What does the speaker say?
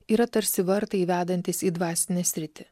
yra tarsi vartai vedantys į dvasinę sritį